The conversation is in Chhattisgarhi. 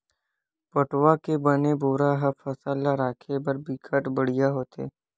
पटवा के बने बोरा ह फसल ल राखे बर बिकट बड़िहा होथे